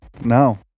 No